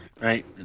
Right